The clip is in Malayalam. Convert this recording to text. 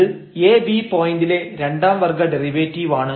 ഇത് ab പോയന്റിലെ രണ്ടാം വർഗ്ഗ ഡെറിവേറ്റീവാണ്